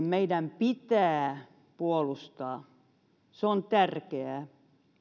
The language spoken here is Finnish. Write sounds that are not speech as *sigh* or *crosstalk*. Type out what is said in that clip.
*unintelligible* meidän kuitenkin pitää puolustaa se on tärkeää